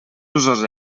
usos